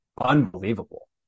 unbelievable